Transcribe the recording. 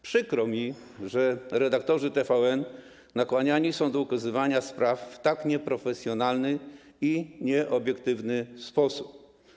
Przykro mi, że redaktorzy TVN nakłaniani są do ukazywania spraw w tak nieprofesjonalny i nieobiektywny sposób.